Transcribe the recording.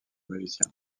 magicien